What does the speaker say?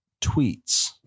Tweets